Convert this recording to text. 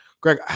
Greg